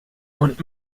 und